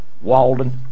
Walden